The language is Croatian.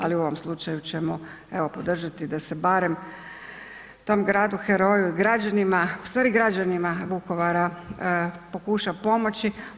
Ali u ovom slučaju ćemo podržati da se barem tom gradu heroju, građanima ustvari građanima Vukovara pokuša pomoći.